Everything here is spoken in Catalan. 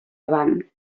avant